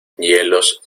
hielos